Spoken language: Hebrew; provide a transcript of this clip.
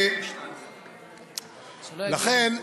לכן,